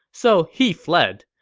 so he fled.